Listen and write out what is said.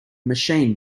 machine